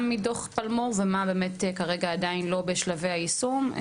מדו"ח פלמו"ר ומה באמת כרגע עדיין לא בשלבי היישום.